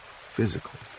physically